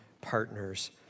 partners